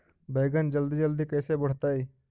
बैगन जल्दी जल्दी कैसे बढ़तै?